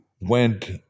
went